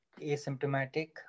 asymptomatic